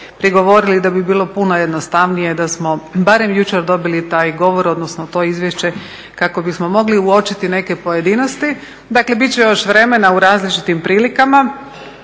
da bi bilo puno jednostavnije da smo barem jučer dobili taj govor, odnosno to izvješće kako bismo mogli uočiti neke pojedinosti. Dakle, bit će još vremena u različitim prilikama